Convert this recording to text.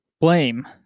blame